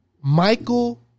Michael